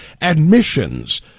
admissions